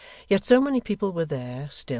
yet so many people were there, still,